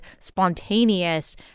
spontaneous